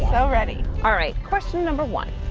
so ready. all right. question number one.